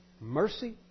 mercy